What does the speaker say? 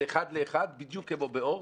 זה אחד לאחד בדיוק כמו באורט,